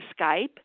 Skype